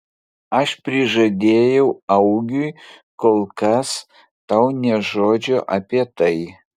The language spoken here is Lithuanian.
aš prižadėjau augiui kol kas tau nė žodžio apie tai